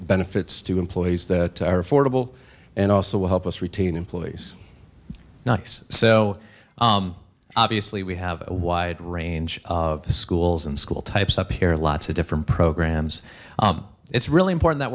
benefits to employees that are affordable and also will help us retain employees knox so obviously we have a wide range of schools and school types up here lots of different programs it's really important that